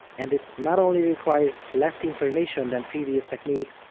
and it not only requires less information than previous techniques,